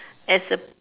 as a